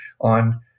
on